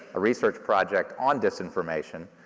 a research project on disinformation,